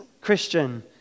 Christian